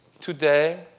today